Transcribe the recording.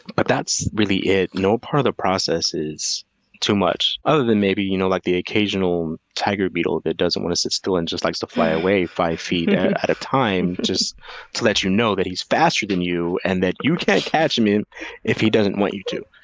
but that's really it. no part of the process is too much other than maybe you know like the occasional tiger beetle that doesn't want to sit still and just likes to fly away five feet at a time just to let you know that he's faster than you and that you can't catch him if he doesn't want you to.